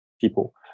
people